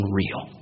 real